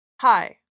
hi